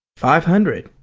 five hundred.